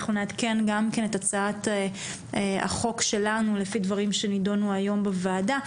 אנחנו נעדכן גם את הצעת החוק שלנו לפי דברים שנדונו היום בוועדה.